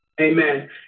Amen